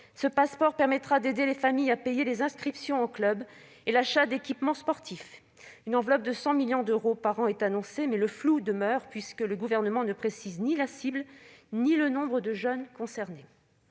Ce dispositif permettra d'aider les familles à payer les inscriptions en clubs et l'achat d'équipements sportifs. Une enveloppe de 100 millions d'euros par an est annoncée, mais le flou demeure puisque le Gouvernement ne précise ni la cible ni le nombre de jeunes concernés.